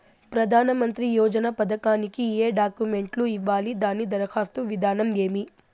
ప్రధానమంత్రి యోజన పథకానికి ఏ డాక్యుమెంట్లు ఇవ్వాలి దాని దరఖాస్తు విధానం ఏమి